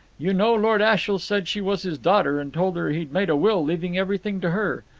you know lord ashiel said she was his daughter, and told her he'd made a will leaving everything to her.